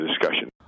discussion